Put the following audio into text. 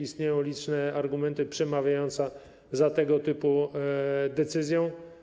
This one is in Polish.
Istnieją liczne argumenty przemawiające za tego typu decyzją.